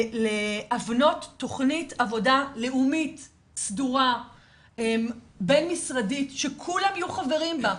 להבנות תכנית עבודה לאומית סדורה בין משרדית שכולם יהיו חברים בה,